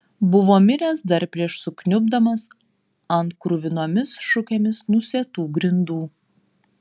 buvo miręs dar prieš sukniubdamas ant kruvinomis šukėmis nusėtų grindų